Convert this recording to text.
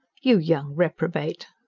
you young reprobate!